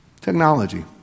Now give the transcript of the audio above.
technology